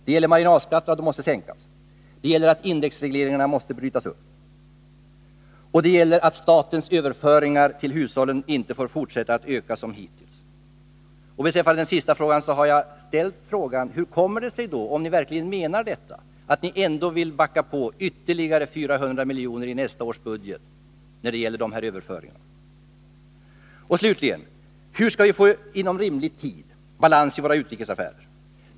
Det gäller att marginalskatterna måste sänkas. Det gäller att indexregleringarna måste brytas upp. Det gäller också att statens överföringar till hushållen inte får fortsätta att öka som hittills. Beträffande det sista har jag ställt frågan: Om ni verkligen menar detta, hur kommer det sig då att ni ändå vill backa på ytterligare 400 miljoner i nästa års budget när det gäller de här överföringarna? Slutligen: Hur skall vi inom rimlig tid få balans i våra utrikesaffärer?